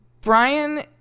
Brian